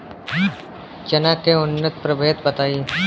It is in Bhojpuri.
चना के उन्नत प्रभेद बताई?